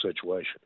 situation